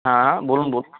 হ্যাঁ বলুন বলুন